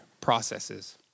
processes